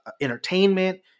entertainment